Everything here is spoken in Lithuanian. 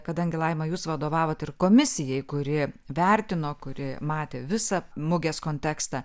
kadangi laima jūs vadovavot ir komisijai kuri vertino kuri matė visą mugės kontekstą